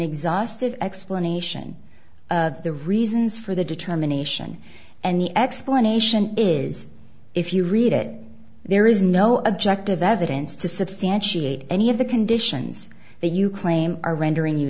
exhaustive explanation of the reasons for the determination and the explanation is if you read it there is no objective evidence to substantiate any of the conditions that you claim are rendering you